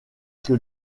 que